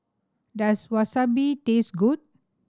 does Wasabi taste good